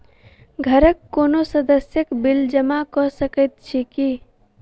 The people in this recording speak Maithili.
घरक कोनो सदस्यक बिल जमा कऽ सकैत छी की?